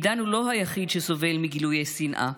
עידן הוא לא היחיד שסובל מגילויי שנאה.